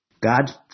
God